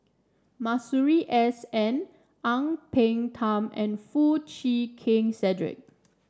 Masuri S N Ang Peng Tiam and Foo Chee Keng Cedric